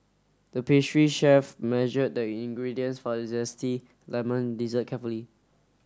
the pastry chef measured the ingredients for a zesty lemon dessert carefully